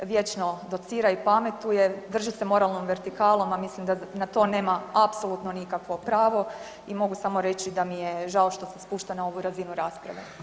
Vječno docira i pametuje, drži se moralnom vertikalom, a mislim da za to nema apsolutno nikakvo pravo i mogu samo reći da mi je žao što se spušta na ovu razinu rasprave.